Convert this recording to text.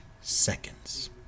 seconds